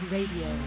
Radio